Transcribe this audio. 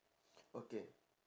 okay